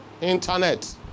internet